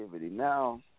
Now